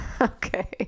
Okay